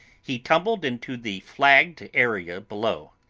he tumbled into the flagged area below.